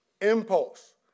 impulse